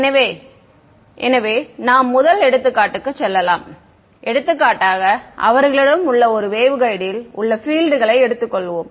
எனவே எனவே நாம் முதல் எடுத்துக்காட்டுக்கு செல்லலாம் எடுத்துக்காட்டாக அவர்களிடம் உள்ள ஒரு வேவ்கைடில் உள்ள பீல்ட் களை எடுத்துக்கொள்வோம்